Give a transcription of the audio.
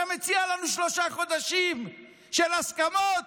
אתה מציע לנו שלושה חודשים של הסכמות?